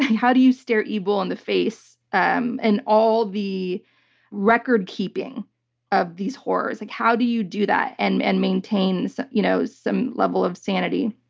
how do you stare evil in the face um and all the record keeping of these horrors? like how do you do that and and maintain so you know some level of sanity?